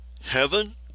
Heaven